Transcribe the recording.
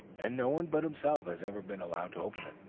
and no one but himself has ever been allowed to open it.